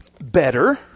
Better